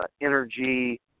energy